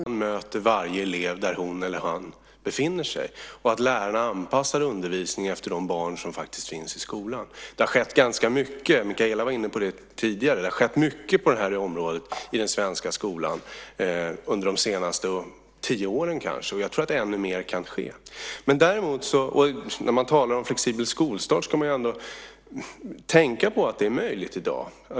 Herr talman! Allmänt kan jag säga att det är väldigt viktigt att individualisera undervisningen så att skolan möter varje elev där hon eller han befinner sig och att lärarna anpassar undervisningen efter de barn som faktiskt finns i skolan. Det har skett ganska mycket - Mikaela var inne på det tidigare - på det här området i den svenska skolan under de senaste kanske tio åren, och jag tror att ännu mer kan ske. När man talar om flexibel skolstart ska man ändå tänka på att det är möjligt i dag.